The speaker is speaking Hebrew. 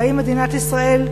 והאם מדינת ישראל,